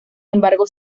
embargo